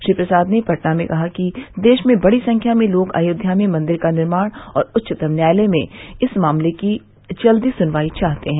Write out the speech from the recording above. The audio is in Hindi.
श्री प्रसाद ने पटना में कहा कि देश में बड़ी संख्या में लोग अयोध्या में मंदिर का निर्माण और उच्चतम न्यायालय में इस मामले की जल्दी सुनवाई चाहते हैं